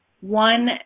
one